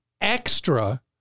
extra